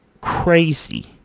crazy